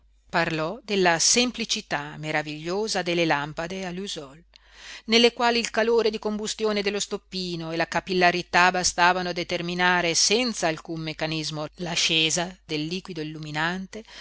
parlò della semplicità meravigliosa delle lampade a lusol nelle quali il calore di combustione dello stoppino e la capillarità bastavano a determinare senz'alcun meccanismo l'ascesa del liquido illuminante